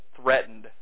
threatened